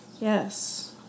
yes